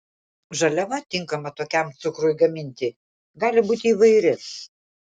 žaliava tinkama tokiam cukrui gaminti gali būti įvairi